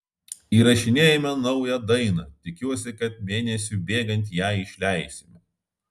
įrašinėjame naują dainą tikiuosi kad mėnesiui bėgant ją išleisime